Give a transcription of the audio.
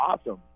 awesome